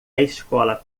escola